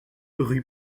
rue